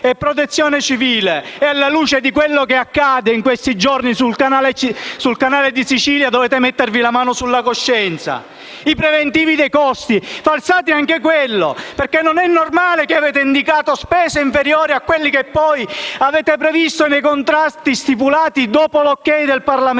e protezione civile. E, alla luce di quanto accade in questi giorni nel Canale di Sicilia, dovete mettervi una mano sulla coscienza. Anche i preventivi dei costi sono falsati, perché non è normale che abbiate indicato spese inferiori a quelle che poi avete previsto nei contratti stipulati dopo l'ok del Parlamento.